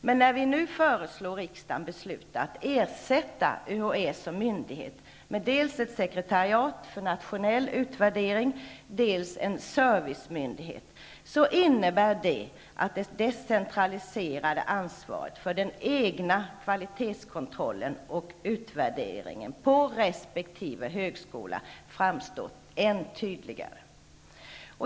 Men när vi nu föreslår riksdagen att besluta om att ersätta UHÄ som myndighet med dels ett sekretariat för nationell utvärdering, dels en servicemyndighet, innebär det att det decentraliserade ansvaret för den egna kvalitetskontrollen och utvärderingen på resp. högskola framstår än tydligare.